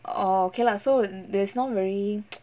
orh okay lah so there is not very